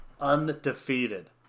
Undefeated